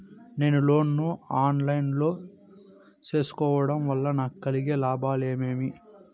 నేను లోను ను online లో సేసుకోవడం వల్ల నాకు కలిగే లాభాలు ఏమేమీ?